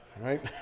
Right